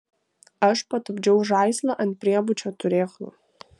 aš patupdžiau žaislą ant priebučio turėklų